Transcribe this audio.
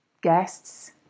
guests